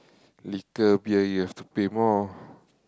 little beer you have to pay more